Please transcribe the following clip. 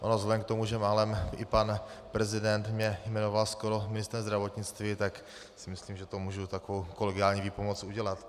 Vzhledem k tomu, že málem i pan prezident mě jmenoval skoro ministrem zdravotnictví, tak si myslím, že můžu takovou kolegiální výpomoc udělat.